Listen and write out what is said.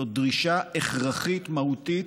זו דרישה הכרחית, מהותית,